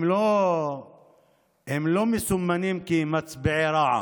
הם לא מסומנים כמצביעי רע"מ,